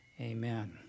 Amen